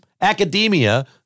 academia